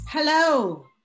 Hello